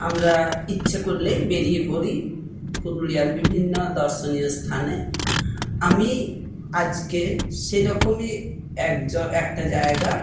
আমরা ইচ্ছে করলেই বেরিয়ে পড়ি পুরুলিয়ার বিভিন্ন দর্শনীয় স্থানে আমি আজকে সে রকমই একজন একটা জায়গা